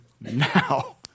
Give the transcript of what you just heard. now